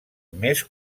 més